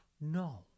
No